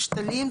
שתלים,